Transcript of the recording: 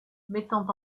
mettant